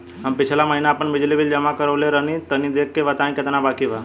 हम पिछला महीना आपन बिजली बिल जमा करवले रनि तनि देखऽ के बताईं केतना बाकि बा?